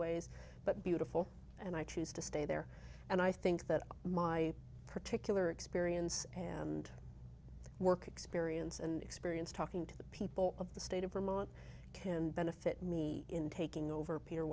ways but beautiful and i choose to stay there and i think that my particular experience and work experience and experience talking to the people of the state of vermont can benefit me in taking over peter